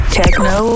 techno